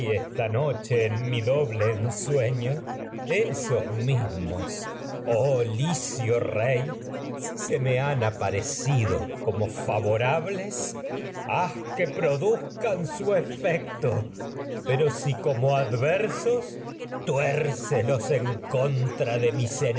vi noche mi ensueño electra esos mismos oh licio rey si se me han aparecido como si como y favorables haz que produzcan su adversos efecto pero mis tuércelos en contra de